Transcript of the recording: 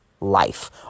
life